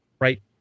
Right